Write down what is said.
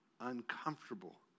uncomfortable